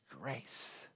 grace